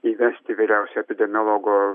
įvesti vyriausiojo epidemiologo